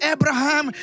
Abraham